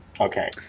Okay